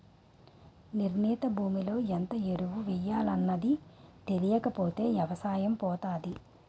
నిర్ణీత భూమిలో ఎంత ఎరువు ఎయ్యాలనేది తెలీకపోతే ఎవసాయం పోతాది